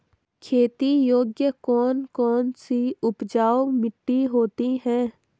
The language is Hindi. खेती योग्य कौन कौन सी उपजाऊ मिट्टी होती है?